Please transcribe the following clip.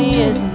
yes